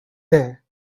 there